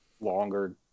longer